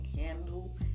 handle